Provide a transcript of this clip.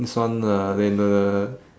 this one uh and the